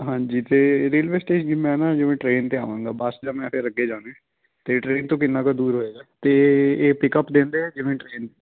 ਹਾਂਜੀ ਅਤੇ railway station ਮੈਂ ਨਾ ਜਿਵੇਂ ਟਰੇਨ 'ਤੇ ਆਵਾਂਗਾ ਬਸ 'ਤੇ ਤਾਂ ਮੈਂ ਫਿਰ ਅੱਗੇ ਜਾਣਾ ਹੈ ਅਤੇ ਟਰੇਨ ਤੋਂ ਕਿੰਨਾ ਕੁ ਦੂਰ ਹੋਏਗਾ ਅਤੇ ਇਹ ਪਿਕਅਪ ਦਿੰਦੇ ਹੈ ਜਿਵੇਂ ਟਰੇਨ